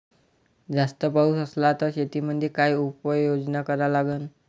जास्त पाऊस असला त शेतीमंदी काय उपाययोजना करा लागन?